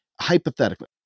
Hypothetically